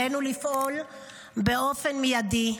עלינו לפעול באופן מיידי,